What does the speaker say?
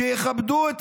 שיכבדו את